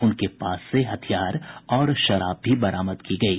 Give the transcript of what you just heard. उनके पास से हथियार और शराब भी बरामद की गयी